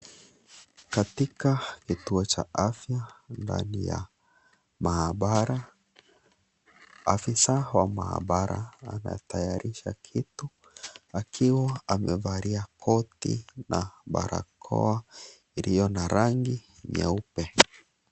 Katika kituo cha afya ndani ya maabara, afisa wa maabara anatayarisha kitu, akiwa amevalia koti na barakoa iliyo na rangi nyeupe.